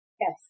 Yes